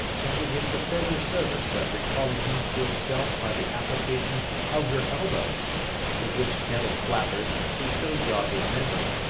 tendered him the further service of recalling him to himself by the application of her elbows with which gentle flappers she so jogged his memory,